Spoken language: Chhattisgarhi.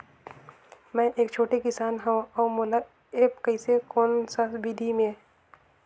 मै एक छोटे किसान हव अउ मोला एप्प कइसे कोन सा विधी मे?